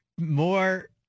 more